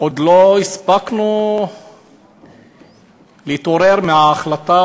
עוד לא הספקנו להתעורר מההחלטה,